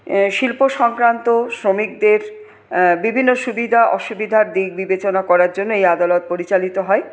শিল্প সংক্রান্ত শ্রমিকদের বিভিন্ন সুবিধা অসুবিধার দিক বিবেচনা করার জন্য এই আদালত পরিচালিত হয়